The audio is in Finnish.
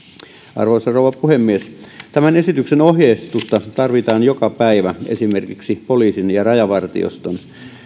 arvoisa rouva puhemies tämän esityksen ohjeistusta tarvitaan joka päivä esimerkiksi poliisin ja rajavartioston